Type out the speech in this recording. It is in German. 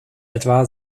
etwa